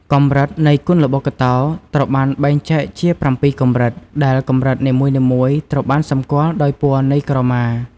កម្រិតនៃគុនល្បុក្កតោ ត្រូវបានបែងចែកជា ៧កម្រិត ដែលកម្រិតនីមួយៗត្រូវបានសម្គាល់ដោយពណ៌នៃក្រមា។